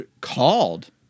called